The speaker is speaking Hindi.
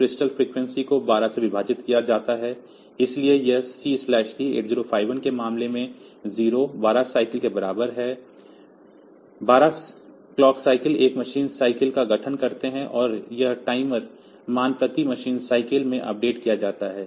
क्रिस्टल फ्रीक्वेंसी को 12 से विभाजित किया जाता है इसलिए यह CT 8051 के मामले में 0 12 साइकिल के बराबर है 12 क्लॉक साइकिल 1 मशीन साइकिल का गठन करते हैं और यह टाइमर मान प्रति मशीन साइकिल में अपडेट किया जाता है